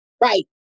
right